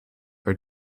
are